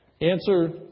Answer